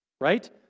Right